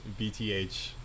BTH